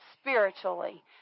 Spiritually